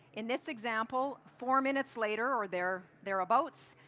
in this example, four minutes later or there there abouts,